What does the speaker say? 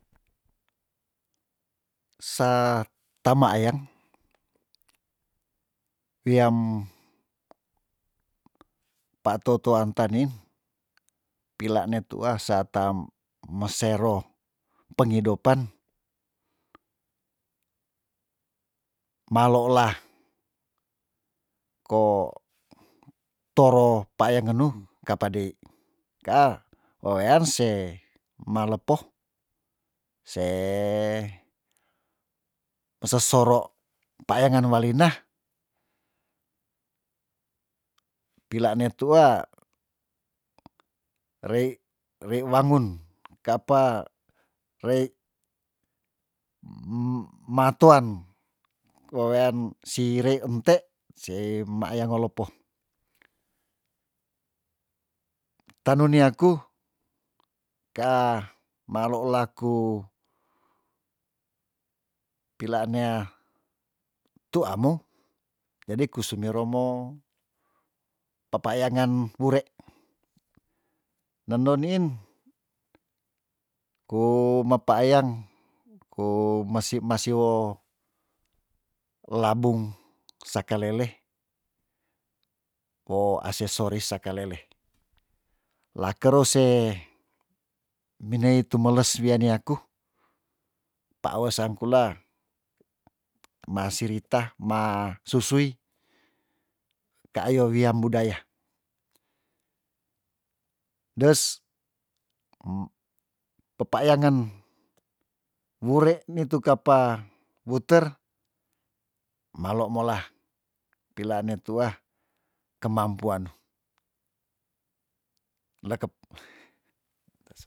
Sa tamayang wiam pa tou toan ta nein peila ne tuah sa tam mo sero pengodopan maloola ko toro peayeng ngenu ka apa dei kaa wewean se malepo se mese soro paeyangan walina pilane tuah rei rei wangun ka apa rei matouan wewean si rei nte se meayang olopo tanun ni aku kaa maloola ku pilaan nea tuah mou jadi kusimero mou pepaayangen hure nenu niin ku mepaeyang ku mesi mesiwo labung sakalele wo asesoris sakalele lakeru se minei tu meles wian nia ku paewes saangkula masih rita ma susui kayo wiam budaya des pepaeyangen wure nitu ka apa wuter malo mola pilaa ne tuah kemampuano lekep